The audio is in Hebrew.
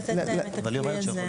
לתת להם את הכלי הזה.